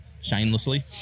shamelessly